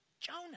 Jonah